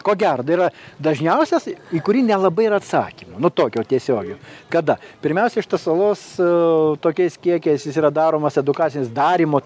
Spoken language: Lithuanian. ko gero tai yra dažniausias į kurį nelabai yra atsakymo nu tokio tiesiogio kada pirmiausia šitas alus tokiais kiekiais jis yra daromos edukaciniais darymo